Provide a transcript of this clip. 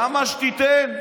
כמה שתיתן,